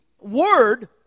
word